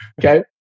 Okay